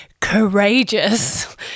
courageous